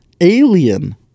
Alien